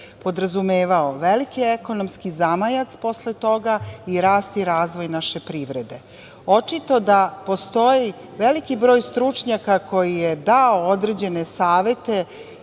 podrazumevao veliki ekonomski zamajac posle toga i rast i razvoj naše privrede. Očito da postoji veliki broj stručnjaka koji je dao određene savete